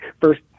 first